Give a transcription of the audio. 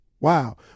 wow